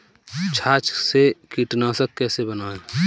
छाछ से कीटनाशक कैसे बनाएँ?